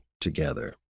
together